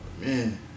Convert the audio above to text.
man